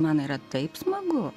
man yra taip smagu